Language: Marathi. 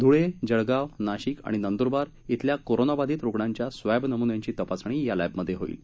धूळे जळगाव नाशिक आणि नंद्रबार येथील कोरोना बाधित रुग्णांच्या स्वॅब नम्न्यांची तपासणी या लॅबमध्ये होईल